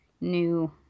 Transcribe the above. new